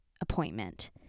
appointment